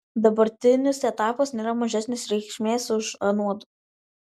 dabartinis etapas nėra mažesnės reikšmės už anuodu